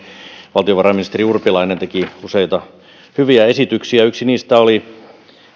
valtiovarainministeri urpilainen teki useita hyviä esityksiä yksi niistä oli